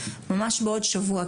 ממש בעוד שבוע.